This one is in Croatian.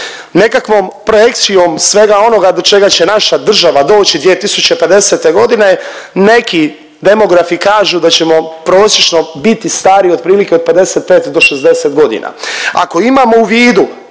Nekakvom projekcijom svega onoga do čega će naša država doći 2050. godine neki demografi kažu da ćemo prosječno biti stari otprilike od 55 do 60 godina. Ako imamo u vidu